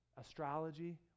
Astrology